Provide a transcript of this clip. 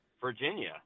Virginia